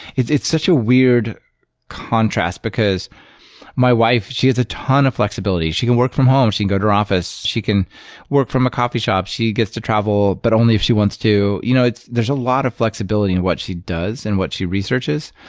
it's it's such a weird contrast, because my wife, she has a ton of flexibility. she can work from home. she can go to her office. she can work from a coffee shop. she gets to travel, but only if she wants to. you know there's a lot of flexibility in what she does and what she researches,